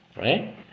Right